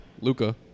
Luca